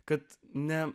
kad ne